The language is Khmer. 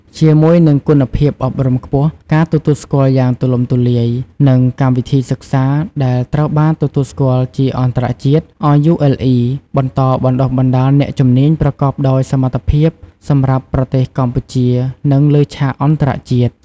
ជាមួយនឹងគុណភាពអប់រំខ្ពស់ ការទទួលស្គាល់យ៉ាងទូលំទូលាយ និងកម្មវិធីសិក្សាដែលត្រូវបានទទួលស្គាល់ជាអន្តរជាតិ RULE បន្តបណ្តុះបណ្តាលអ្នកជំនាញប្រកបដោយសមត្ថភាពសម្រាប់ប្រទេសកម្ពុជា និងលើឆាកអន្តរជាតិ។